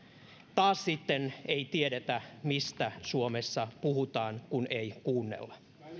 taas sitten ei tiedetä mistä suomessa puhutaan kun ei kuunnella